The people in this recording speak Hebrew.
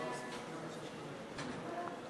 ההצעה להעביר את הצעת חוק הסנגוריה הציבורית (תיקון